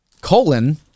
Colon